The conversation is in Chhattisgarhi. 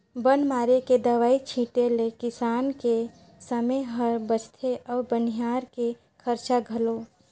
बन मारे के दवई छीटें ले किसान के समे हर बचथे अउ बनिहार के खरचा घलो